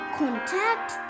contact